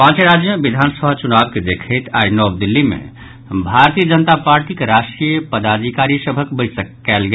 पांच राज्य मे विधान सभा चुनाव के देखैत आइ नव दिल्ली मे भारतीय जनता पार्टीक राष्ट्रीय पदाधिकारी सभक बैसक कयल गेल